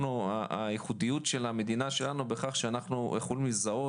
הייחודיות של המדינה שלנו בכך שאנחנו יכולים לזהות